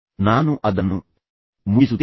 ಆದ್ದರಿಂದ ನಾನು ಅದನ್ನು ಮುಗಿಸುತ್ತೇನೆ